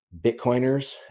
Bitcoiners